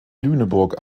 lüneburg